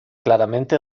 claramente